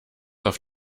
auf